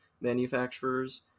manufacturers